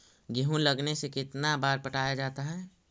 गेहूं लगने से कितना बार पटाया जाता है?